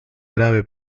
grave